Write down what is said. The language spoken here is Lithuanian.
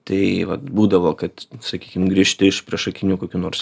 tai vat būdavo kad sakykim grįžti iš priešakinių kokių nors